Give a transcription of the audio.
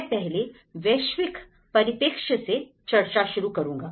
मैं पहले वैश्विक परिप्रेक्ष्य से चर्चा शुरू करूंगा